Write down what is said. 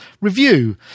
review